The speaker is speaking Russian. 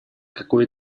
какое